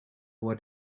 what